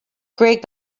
great